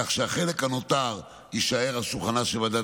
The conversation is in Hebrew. כך שהחלק הנותר יישאר על שולחנה של ועדת